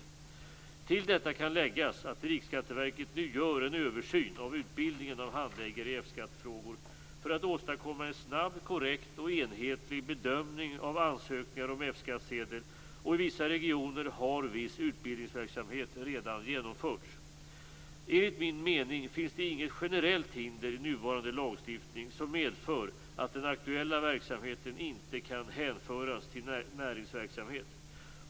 Till detta kan läggas att Riksskatteverket nu gör en översyn av utbildningen av handläggare i F skattefrågor för att åstadkomma en snabb, korrekt och enhetlig bedömning av ansökningar om F-skattsedel, och i vissa regioner har viss utbildningsverksamhet redan genomförts. Enligt min mening finns det inget generellt hinder i nuvarande lagstiftning som medför att den aktuella verksamheten inte kan hänföras till näringsverksamhet.